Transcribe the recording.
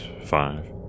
five